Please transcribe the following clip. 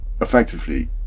effectively